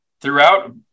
throughout